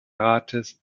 rates